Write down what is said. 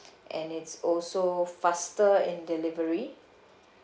and it's also faster in delivery